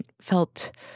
felt